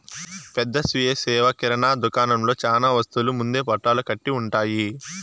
పెద్ద స్వీయ సేవ కిరణా దుకాణంలో చానా వస్తువులు ముందే పొట్లాలు కట్టి ఉంటాయి